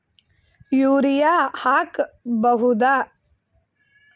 Urea ಹಾಕ್ ಬಹುದ?